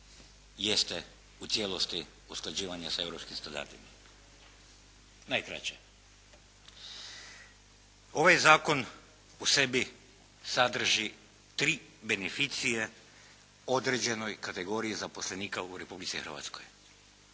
jeste u cijelosti usklađivanje sa europskim standardima najkraće. Ovaj zakon u sebi sadrži tri beneficije određenoj kategoriji zaposlenika u Republici Hrvatskoj.